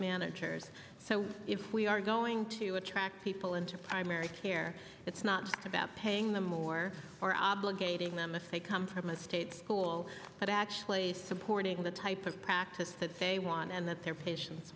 managers so if we are going to attract people into primary care it's not about paying them more or obligating them if they come from a state school but actually supporting the type of practice that they want and that their patien